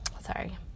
sorry